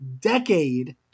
decade